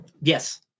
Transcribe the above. Yes